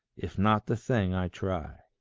if not the thing i try.